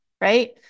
right